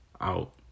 out